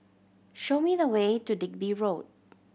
show me the way to Digby Road